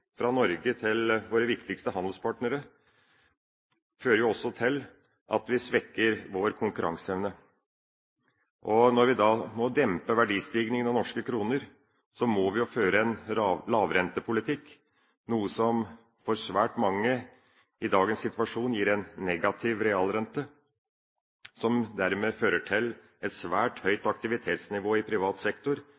fra våre viktigste handelspartnere, fører også til at vi svekker vår konkurranseevne. Når vi da må dempe verdistigningen og norske kroner, må vi føre en lavrentepolitikk, noe som for svært mange i dagens situasjon gir en negativ realrente, som dermed fører til et svært høyt